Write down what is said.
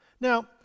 Now